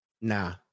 Nah